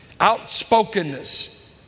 Outspokenness